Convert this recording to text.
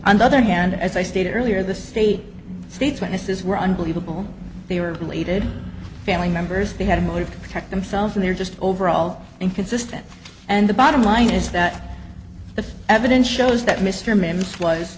on the other hand as i stated earlier the state state's witnesses were unbelievable they were elated family members they had a motive to protect themselves and they are just overall inconsistent and the bottom line is that the evidence shows that mr mims was